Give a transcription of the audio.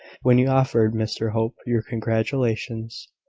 when you offered mr hope your congratulations,